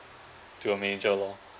to a major loh